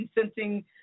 consenting